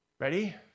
ready